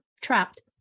trapped